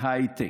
להייטק.